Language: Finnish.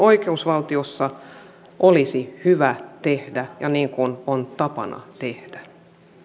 oikeusvaltiossa olisi hyvä tehdä ja niin kuin on tapana tehdä